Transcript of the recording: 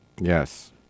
Yes